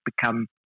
become